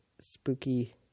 spooky